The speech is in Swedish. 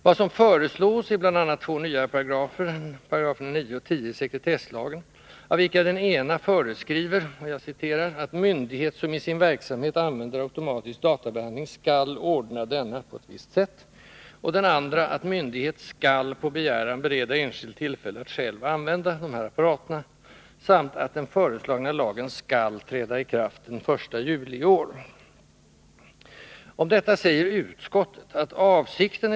Vad som föreslås är bl.a. två nya paragrafer — 9 och 10 §§ i sekretesslagen —, av vilka den ena föreskriver att ”myndighet som i sin verksamhet använder automatisk databehandling skall ordna denna” på ett visst sätt och den andra att ”myndighet skall på begäran bereda enskild tillfälle att själv använda” de här apparaterna samt att den föreslagna lagen skall träda i kraft den 1 juli i år. Om detta säger utskottet: Avsikten